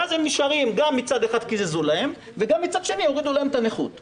ואז גם מצד אחד קיזזו להם וגם מצד שני הורידו להם את אחוזי הנכות.